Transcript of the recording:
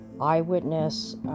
Eyewitness